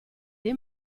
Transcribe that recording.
dei